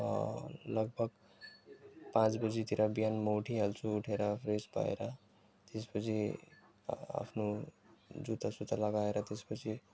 लगभग पाँच बजीतिर बिहान म उठिहाल्छु उठेर फ्रेस भएर त्यसपछि आ आफ्नो जुत्ता सुता लगाएर त्यसपछि